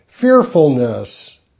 fearfulness